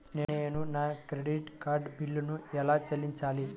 నేను నా credit card బిల్లును ఎలా చెల్లించాలీ?